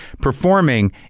performing